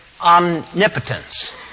Omnipotence